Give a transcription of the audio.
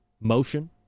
motion